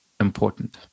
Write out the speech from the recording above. important